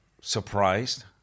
surprised